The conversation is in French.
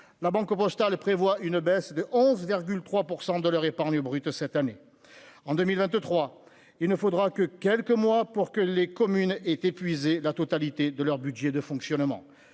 la Banque Postale et prévoit une baisse de 11,3 % de leur épargne brute cette année en 2023, il ne faudra que quelques mois pour que les communes est épuisé la totalité de leur budget de fonctionnement